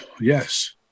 yes